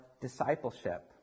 discipleship